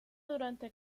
durante